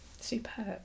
superb